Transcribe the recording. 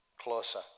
closer